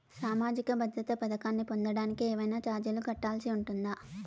సామాజిక భద్రత పథకాన్ని పొందడానికి ఏవైనా చార్జీలు కట్టాల్సి ఉంటుందా?